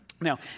Now